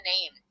name